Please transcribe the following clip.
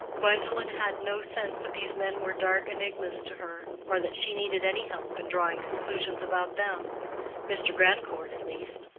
gwendolen had no sense that these men were dark enigmas to her, or that she needed any help in drawing conclusions about them mr. grandcourt at least.